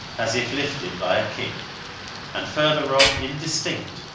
as if lifted by a kick and farther off, indistinct,